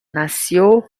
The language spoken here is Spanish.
nació